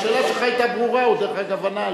מוישה, נו, תתפטר, אחרי קדימה.